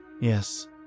Yes